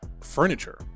furniture